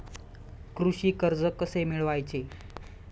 कृषी कर्ज कसे मिळवायचे?